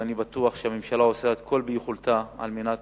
ואני בטוח שהממשלה עושה ככל שביכולתה על מנת